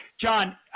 John